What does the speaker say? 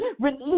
Release